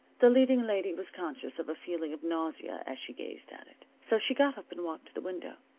the leading lady was conscious of a feeling of nausea as she gazed at it. so she got up and walked to the window.